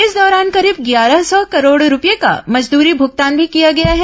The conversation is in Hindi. इस दौरान करीब ग्यारह सौ करोड़ रूपये का मजदूरी भूगतान भी किया गया है